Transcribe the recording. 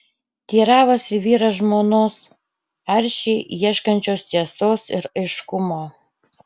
teiravosi vyras žmonos aršiai ieškančios tiesos ir aiškumo